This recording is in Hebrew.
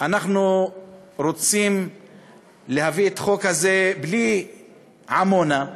אנחנו רוצים להביא את החוק הזה בלי עמונה,